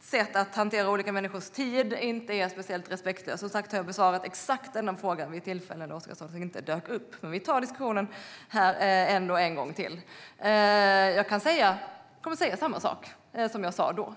sätt att hantera andra människors tid inte är särskilt respektfull. Jag har som sagt besvarat exakt denna fråga vid ett tillfälle då Oscarsson inte dök upp. Men vi tar ändå diskussionen en gång till här. Jag kommer att säga samma sak som jag sa då.